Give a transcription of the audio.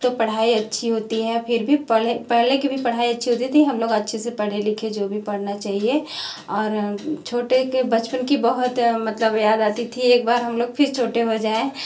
तो पढ़ाई अच्छी होती है फिर भी पहले की भी पढ़ाई अच्छी होती थी हम लोग पहले से अच्छे से पढ़े लिखे जो भी पढ़ना चाहिए और छोटे के बचपन की बहुत याद मतलब आती थी एक बार हम लोग फिर छोटे हो जाएं